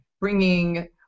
bringing